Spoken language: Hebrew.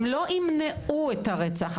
הם לא ימנעו את הרצח,